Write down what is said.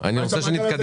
אני רוצה שנתקדם.